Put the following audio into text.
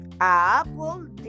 apple